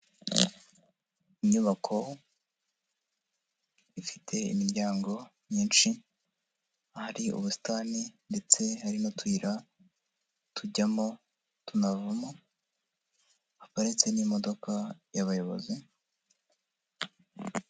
Inyubako ifite imiryango myinshi, ahari ubusitani ndetse hari n'utuyira tujyamo tunavamo haparitsemo n'imodoka y'abayobozi.